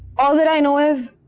all that i know is,